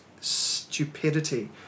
stupidity